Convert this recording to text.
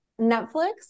Netflix